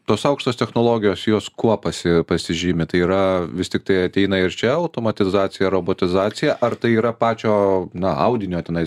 tos aukštos technologijos jos kuo pasi pasižymi tai yra vis tiktai ateina ir čia automatizacija robotizacija ar tai yra pačio na audinio tenais